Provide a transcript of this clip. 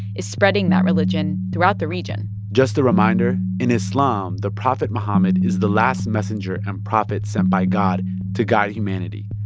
is spreading that religion throughout the region just a reminder in islam, the prophet muhammad is the last messenger and prophet sent by god to guide humanity.